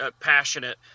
passionate